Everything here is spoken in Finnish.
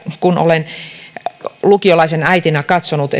kun olen lukiolaisen äitinä katsonut